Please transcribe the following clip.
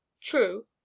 True